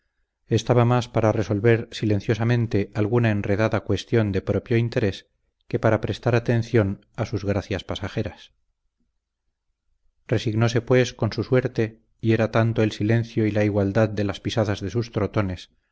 estaba más para resolver silenciosamente alguna enredada cuestión de propio interés que para prestar atención a sus gracias pasajeras resignóse pues con su suerte y era tanto el silencio y la igualdad de las pisadas de sus trotones